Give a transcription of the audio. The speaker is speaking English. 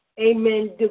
amen